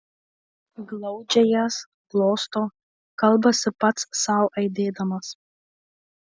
glaudžia jas glosto kalbasi pats sau aidėdamas